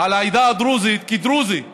על העדה הדרוזית, כדרוזי,